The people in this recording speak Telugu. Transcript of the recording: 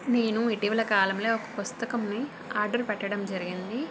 నేను ఇటీవలి కాలంలో ఒక పుస్తకాన్ని ఆర్డర్ పెట్టడం జరిగింది